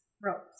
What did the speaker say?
ropes